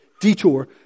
detour